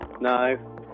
No